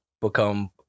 become